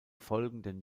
folgenden